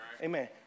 Amen